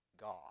God